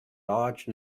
large